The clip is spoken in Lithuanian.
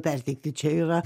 perteikti čia yra